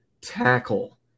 tackle